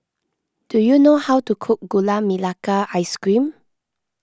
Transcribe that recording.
do you know how to cook Gula Melaka Ice Cream